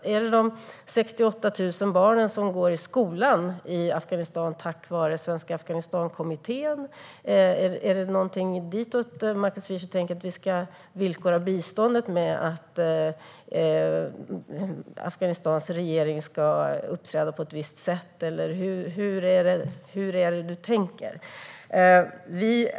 Handlar det om de 68 000 barn som går i skola i Afghanistan tack vare Svenska Afghanistankommittén? Tänker Markus Wiechel att vi ska villkora biståndet med att Afghanistans regering ska uppträda på ett visst sätt? Hur tänker du?